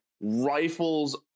rifles